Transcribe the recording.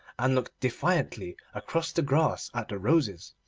and looked defiantly across the grass at the roses,